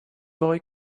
boy